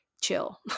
chill